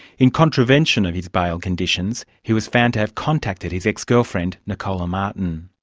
in contravention of his bail conditions, he was found to have contacted his ex-girlfriend, nicola martin.